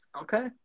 Okay